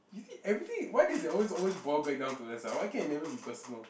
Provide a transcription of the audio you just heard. you think everything why does it always always boil back down to us ah why can't it never be personal